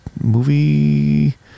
movie